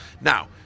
Now